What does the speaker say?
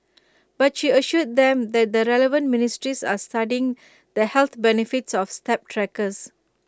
but she assured them that the relevant ministries are studying the health benefits of step trackers